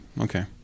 Okay